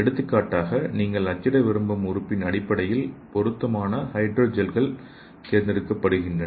எடுத்துக்காட்டாக நீங்கள் அச்சிட விரும்பும் உறுப்பின் அடிப்படையில் பொருத்தமான ஹைட்ரோ ஜெல்கள் தேர்ந்தெடுக்கப்படுகின்றன